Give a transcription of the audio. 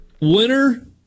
Winner